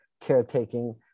caretaking